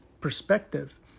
perspective